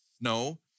No